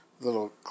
little